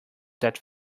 that